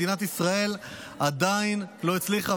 מדינת ישראל עדיין לא הצליחה,